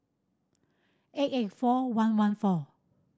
eight eight four one one four